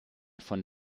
von